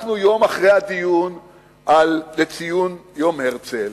אנחנו יום אחרי הדיון לציון יום הרצל